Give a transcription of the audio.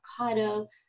avocado